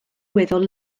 weddol